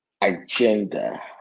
agenda